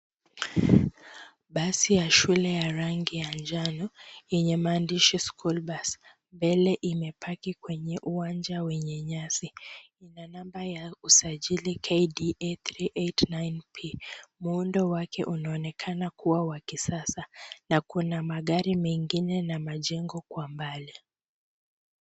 Basi ya shule ya rangi ya njano yenye maandishi school bus mbele imepaki kwenye uwanja wenye nyasi. Ina namba ya usajili KDA 389P. Muundo wake unaonekana kuwa wa kisasa na kuna magari mengine na majengo kwa mbali.